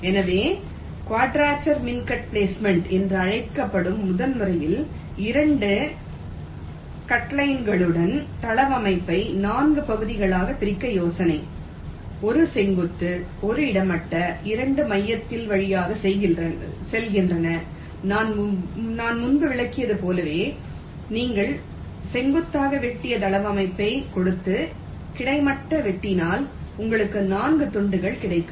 எனவே quadrature mincut placement என்று அழைக்கப்படும் முதல் முறையில் 2 கட்லைன்களுடன் தளவமைப்பை 4 பகுதிகளாகப் பிரிக்க யோசனை 1 செங்குத்து 1 கிடைமட்ட இரண்டும் மையத்தின் வழியாகச் செல்கின்றன நான் முன்பு விளக்கியது போலவே நீங்கள் செங்குத்தாக வெட்டிய தளவமைப்பைக் கொடுத்து கிடைமட்டமாக வெட்டினால் உங்களுக்கு 4 துண்டுகள் கிடைக்கும்